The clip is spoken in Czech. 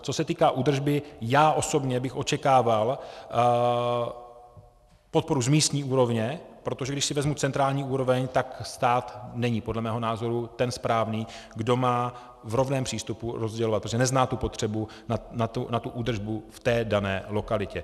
Co se týká údržby, já osobně bych očekával podporu z místní úrovně, protože když si vezmu centrální úroveň, tak stát není podle mého názoru ten správný, kdo má v rovném přístupu rozdělovat, protože nezná tu potřebu na údržbu v té dané lokalitě.